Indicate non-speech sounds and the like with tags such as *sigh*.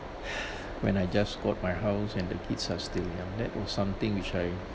*breath* when I just got my house and the kids are still young that was something which I